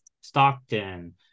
Stockton